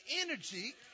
energy